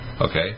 okay